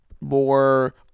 more